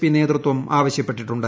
P നേതൃത്വം ആവശ്യപ്പെട്ടിട്ടുണ്ട്